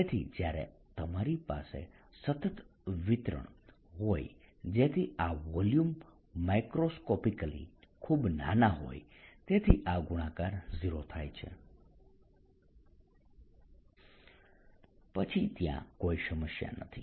તેથી જ્યારે તમારી પાસે સતત વિતરણ હોય જેથી આ વોલ્યુમ માઇક્રોસ્કોપિકલી ખૂબ નાના હોય તેથી આ ગુણાકાર 0 થાય છે પછી ત્યાં કોઈ સમસ્યા નથી